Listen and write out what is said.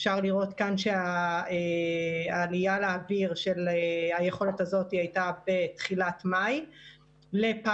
אפשר לראות כאן שהעלייה לאוויר של היכולת הזו היתה בתחילת מאי לפיילוט.